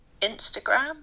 Instagram